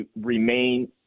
remain